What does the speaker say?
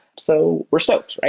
so we're stoked, right?